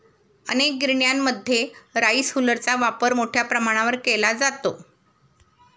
अनेक गिरण्यांमध्ये राईस हुलरचा वापर मोठ्या प्रमाणावर केला जातो